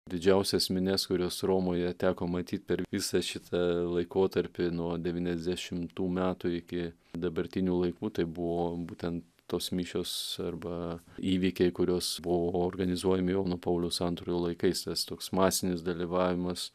didžiausias minias kurios romoje teko matyt per visą šitą laikotarpį nuo devyniasdešimtų metų iki dabartinių laikų tai buvo būten tos mišios arba įvykiai kuriuos buvo organizuojami jono pauliaus antrojo laikais tas toks masinis dalyvavimas